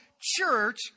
church